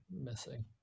missing